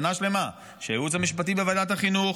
שנה שלמה שהייעוץ המשפטי בוועדת החינוך